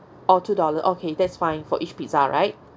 orh two dollar okay that's fine for each pizza right